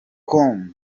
com